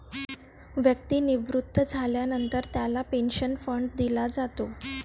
व्यक्ती निवृत्त झाल्यानंतर त्याला पेन्शन फंड दिला जातो